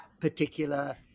particular